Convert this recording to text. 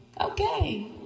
Okay